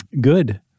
Good